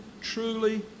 truly